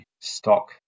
stock